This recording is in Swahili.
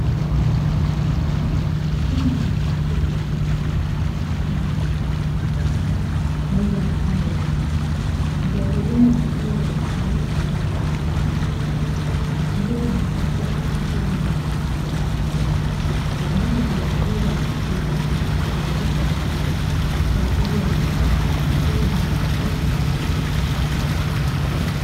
Sehemu ya mapokezi ya hoteli yenye samani mbalimbali, kama sofa, meza ya mapambo ya kisasa. Mtoa huduma wa hoteli amesimama tayari kwa kuhudumia wageni. Mazingira ni safi ya kuvutia na yenye mpangilio mzuri, huonyesha huduma bora ya hoteli inayowakaribisha wateja kwa ajili ya malazi, chakula, mapumziko na mikutano.